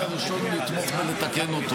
אני הראשון לתמוך ולתקן אותו,